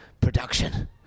production